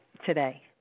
today